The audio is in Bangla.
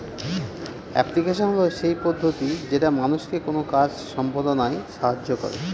এপ্লিকেশন হল সেই পদ্ধতি যেটা মানুষকে কোনো কাজ সম্পদনায় সাহায্য করে